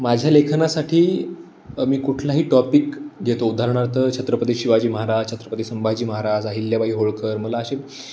माझ्या लेखनासाठी मी कुठलाही टॉपिक देतो उदाहरणार्थ छत्रपती शिवाजी महाराज छत्रपती संभाजी महाराज अहिल्याबाई होळकर मला असे